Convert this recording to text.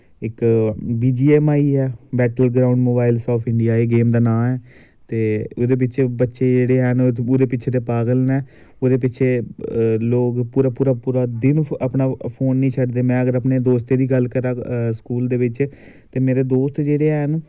इक B G M I ऐ battle ground mobile of India एह् गेम दा नांऽ ऐ ते एह्दे बिच्च बच्चे जेह्ड़े हैन ओह्दे पिच्छें ते पागल नै ओह्दे पिच्छें लोग पूरा पूरा पूरा दिन अपना फोन नी छड्डदे मैं अगर अपनें दोस्तें दी गल्ल करां स्कूल दे बिच्च ते मेरे दोस्त जेह्ड़े हैन